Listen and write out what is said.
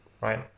Right